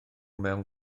mewn